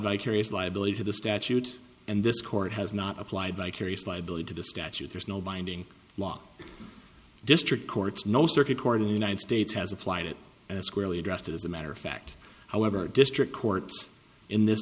vicarious liability to the statute and this court has not applied vicarious liability to the statute there's no binding law district courts no circuit court in the united states has applied it as squarely addressed as a matter of fact however district courts in this